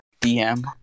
DM